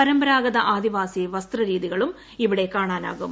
പരമ്പരാഗത ആദിവാസി വസ്ത്രരീതികളും ഇവിടെ കാണാനാകും